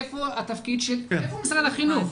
איפה משרד החינוך?